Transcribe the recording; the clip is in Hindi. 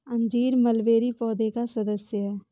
अंजीर मलबेरी पौधे का सदस्य है